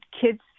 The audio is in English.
kids